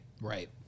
right